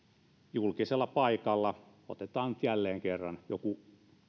julkisella paikalla otetaan nyt jälleen kerran joku